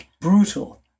brutal